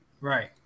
Right